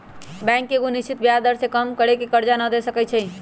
bank एगो निश्चित ब्याज दर से कम पर केकरो करजा न दे सकै छइ